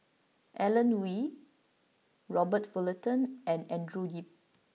Alan Oei Robert Fullerton and Andrew Yip